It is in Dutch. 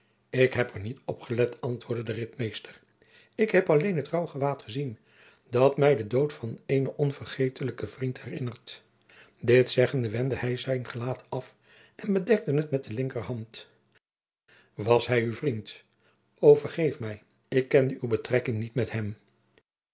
ik heb er niet op gelet antwoordde de ritmeester ik heb alleen het rouwgewaad gezien dat mij den dood van eenen onvergetelijken vriend herinnert dit zeggende wendde hij zijn gelaat af en bedekte het met de linkerhand as hij uw vriend o vergeef mij ik kende uw betrekking niet met hem